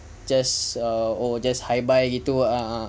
just err or just hi bye gitu ah